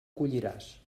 colliràs